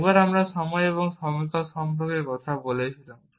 একবার আমরা সময় এবং সময়কাল সম্পর্কে কথা বলছিলাম